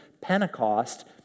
Pentecost